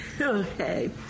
Okay